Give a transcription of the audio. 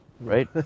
right